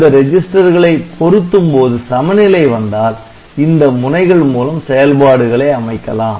இந்த ரெஜிஸ்டர்களை பொருத்தும்போது சமநிலை வந்தால் இந்த முனைகள் மூலம் செயல்பாடுகளை அமைக்கலாம்